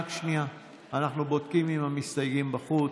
אנחנו בודקים אם המסתייגים בחוץ.